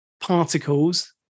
particles